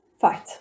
fight